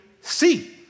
see